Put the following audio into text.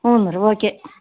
ಹ್ಞೂ ರೀ ಓಕೆ